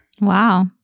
Wow